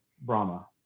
Brahma